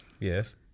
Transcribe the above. Yes